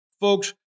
Folks